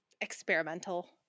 experimental